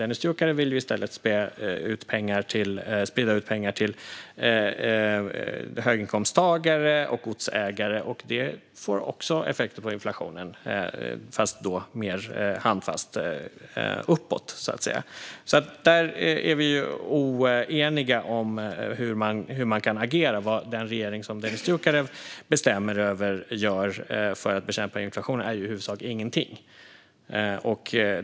Dennis Dioukarev vill i stället sprida ut pengar till höginkomsttagare och godsägare, och det får också effekter på inflationen, fast mer handfast uppåt. Där är vi oeniga om hur man kan agera. Vad den regering som Dennis Dioukarev bestämmer över gör för att bekämpa inflationen är i huvudsak ingenting.